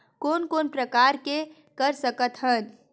कोन कोन प्रकार के कर सकथ हन?